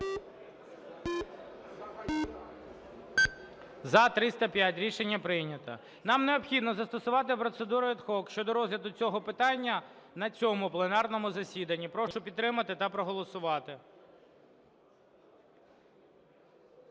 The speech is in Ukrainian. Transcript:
За-305 Рішення прийнято. Нам необхідно застосувати процедуру ad hoc щодо розгляду цього питання на цьому пленарному засіданні. Прошу підтримати та проголосувати.